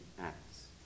Acts